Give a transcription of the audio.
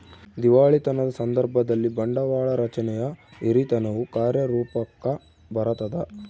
ದಿವಾಳಿತನದ ಸಂದರ್ಭದಲ್ಲಿ, ಬಂಡವಾಳ ರಚನೆಯ ಹಿರಿತನವು ಕಾರ್ಯರೂಪುಕ್ಕ ಬರತದ